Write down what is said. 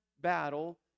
battle